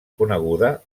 coneguda